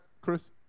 Chris